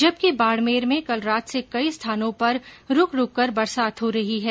जबकि बाडमेर में कल रात से कई स्थानो पर रूकरूक कर बरसात हो रही है